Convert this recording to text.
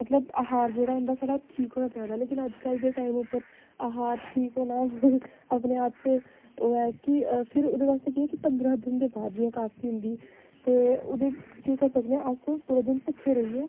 मतलब आहार जेह्ड़ा होंदा साढ़ा ठीक होना चाहिदा लेकिन अज्जकल दे टाइम उप्पर आहार ठीक होना अपने आप च ओह् ऐ कि फिर ओहदे बास्तै एह् ऐ कि पंदरा दिन बाद जियां कास्ती होंदी ते ओहदे बिच्च केह् करी सकने अस पूरे दिन भुक्खे रेइयै